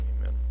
amen